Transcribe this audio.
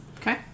Okay